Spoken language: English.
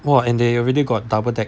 !wah! and they already got double deck